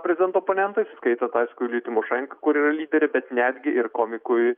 prezidento oponentais įskaitant aišku juliją tymošenko kuri yra lyderė bet netgi ir komikui